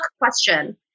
question